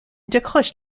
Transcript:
décroche